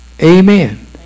Amen